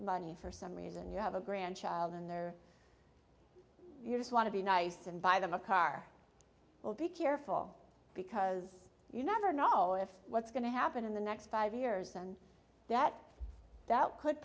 money for some reason you have a grandchild in there you just want to be nice and buy them a car will be careful because you never know if what's going to happen in the next five years and that that could